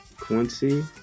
Quincy